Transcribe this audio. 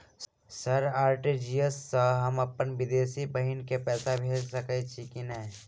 Sir RTGS सँ हम अप्पन विदेशी बहिन केँ पैसा भेजि सकै छियै की नै?